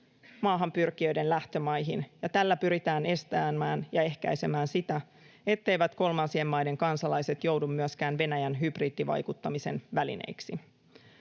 maahanpyrkijöiden lähtömaihin, ja tällä pyritään estämään ja ehkäisemään sitä, etteivät kolmansien maiden kansalaiset joudu Venäjän hybridivaikuttamisen välineiksi.